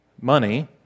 money